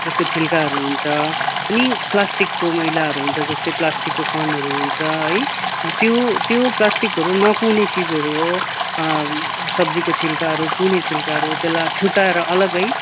त्यसको छिल्काहरू हुन्छ अनि प्लास्टिकको मैलाहरू हुन्छ जस्तै प्लास्टिकको कणहरू हुन्छ है त्यो त्यो प्लास्टिकहरू नकुहिने चिजहरू हो सब्जीको छिल्काहरू कुहुने छिल्काहरू हो त्यलाई छुटाएर अलग्गै